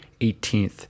18th